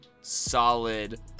solid